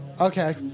Okay